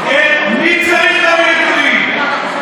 מי צריך להביא נתונים?